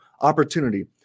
opportunity